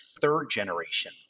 third-generation